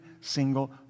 single